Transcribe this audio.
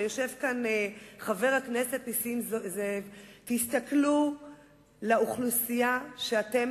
יושב כאן חבר הכנסת נסים זאב: תסתכלו לאוכלוסייה שאתם